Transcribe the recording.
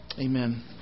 Amen